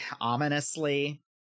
ominously